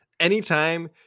Anytime